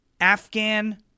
Afghan